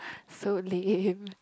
so lame